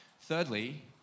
Thirdly